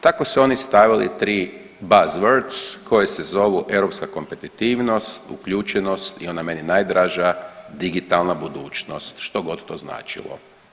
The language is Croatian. Tako se oni stavili 3 buzzwords koje se zovu europska kompetitivnost, uključenost i ona meni najdraža, digitalna budućnost, što god to značilo.